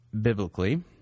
biblically